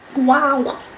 Wow